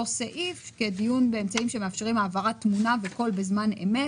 סעיף כדיון באמצעים שמאפשרים העברת תמונה וקול בזמן אמת,